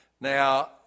Now